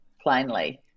plainly